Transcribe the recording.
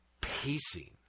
pacing